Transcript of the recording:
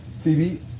Phoebe